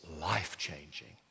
life-changing